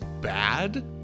bad